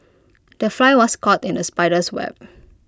the fly was caught in the spider's web